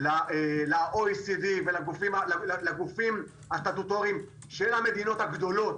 ל-OECD ולגופים הסטטוטוריים של המדינות הגדולות,